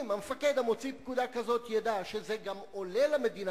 אם המפקד המוציא פקודה כזאת ידע שזה גם עולה למדינה